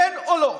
כן או לא?